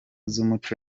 z’umuco